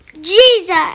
Jesus